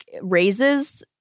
raises